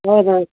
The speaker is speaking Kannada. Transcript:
ಹೌದು ಹೌದು